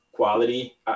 quality